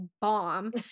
bomb